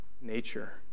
nature